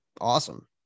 awesome